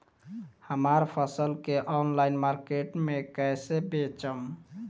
हमार फसल के ऑनलाइन मार्केट मे कैसे बेचम?